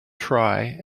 try